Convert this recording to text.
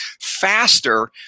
faster